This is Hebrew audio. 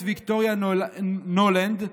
ויקטוריה נולנד,